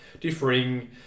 differing